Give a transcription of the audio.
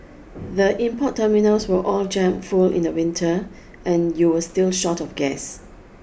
the import terminals were all jammed full in the winter and you were still short of gas